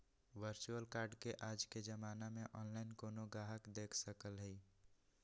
virtual card के आज के जमाना में ऑनलाइन कोनो गाहक देख सकलई ह